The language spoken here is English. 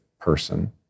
person